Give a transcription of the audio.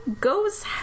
goes